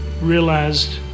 realized